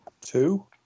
Two